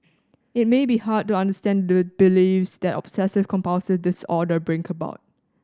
it may be hard to understand the beliefs that obsessive compulsive disorder bring about